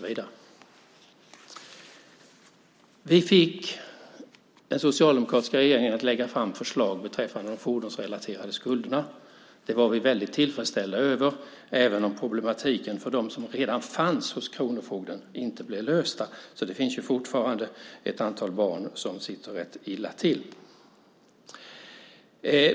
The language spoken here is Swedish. Vi fick den socialdemokratiska regeringen att lägga fram förslag beträffande de fordonsrelaterade skulderna. Det var vi väldigt tillfredsställda med, även om problematiken för dem som redan fanns hos kronofogden inte blev löst. Det finns ju fortfarande ett antal barn som sitter rätt illa till.